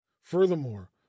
Furthermore